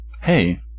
Hey